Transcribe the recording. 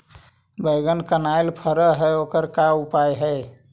बैगन कनाइल फर है ओकर का उपाय है?